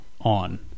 On